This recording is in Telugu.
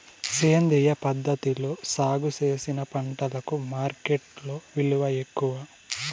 సేంద్రియ పద్ధతిలో సాగు చేసిన పంటలకు మార్కెట్టులో విలువ ఎక్కువ